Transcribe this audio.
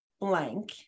blank